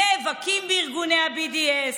נאבקים בארגוני ה-BDS,